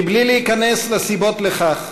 בלי להיכנס לסיבות לכך,